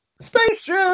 Spaceship